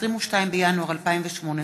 22 בינואר 2018,